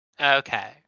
Okay